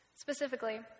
Specifically